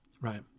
right